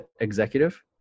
Executive